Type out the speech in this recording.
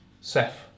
Seth